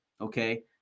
okay